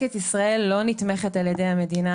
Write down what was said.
"לקט ישראל" לא נתמכת על ידי המדינה.